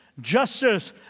justice